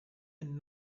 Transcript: and